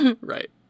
right